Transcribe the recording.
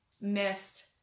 missed